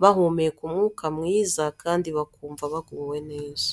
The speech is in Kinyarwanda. bahumeka umwuka mwiza kandi bakumva baguwe neza.